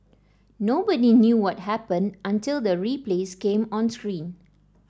nobody knew what happened until the replays came on screen